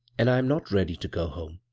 and i am not ready to go home.